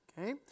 okay